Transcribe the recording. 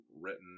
written